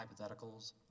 hypotheticals